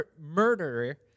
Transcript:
murderer